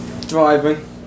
Driving